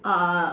uh